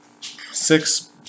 six